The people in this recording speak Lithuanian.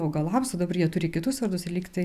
augalams o dabar jie turi kitus vardus liktai